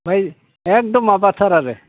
ओमफाय एखदम माबाथार आरो